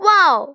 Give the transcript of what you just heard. Wow